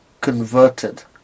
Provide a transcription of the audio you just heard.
converted